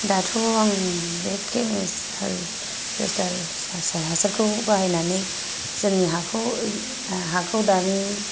दाथ' आं बे केस हासारखौ बाहायनानै जोंनि हाखौ हाखौ दानि